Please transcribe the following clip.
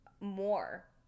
more